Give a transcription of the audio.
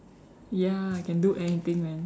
ya can do anything man